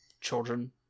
children